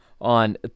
on